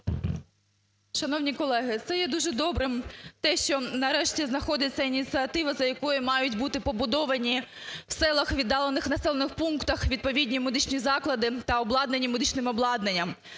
Шановні колеги, це є дуже добрим, те, що нарешті знаходиться ініціатива, за якої мають бути побудовані в селах, віддалених населених пунктах відповідні медичні заклади та обладнані медичним обладнанням.